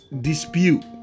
dispute